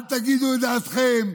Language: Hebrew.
אל תגידו את דעתכם,